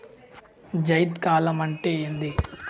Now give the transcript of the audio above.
జైద్ కాలం అంటే ఏంది?